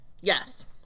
Yes